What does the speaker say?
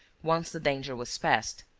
once the danger was past.